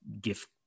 gift